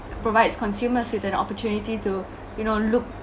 provides consumers with an opportunity to you know look